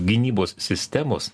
gynybos sistemos